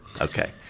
Okay